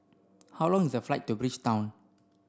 how long is a flight to Bridgetown